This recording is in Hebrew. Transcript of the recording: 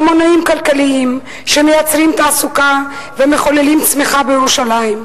במנועים הכלכליים שמייצרים תעסוקה ומחוללים צמיחה בירושלים.